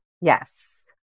Yes